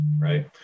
right